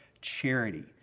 Charity